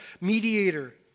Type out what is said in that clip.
mediator